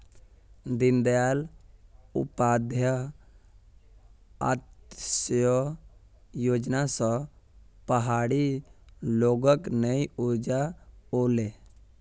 दीनदयाल उपाध्याय अंत्योदय योजना स पहाड़ी लोगक नई ऊर्जा ओले